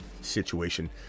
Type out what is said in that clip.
situation